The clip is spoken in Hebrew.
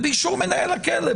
ובאישור מנהל הכלא,